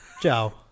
Ciao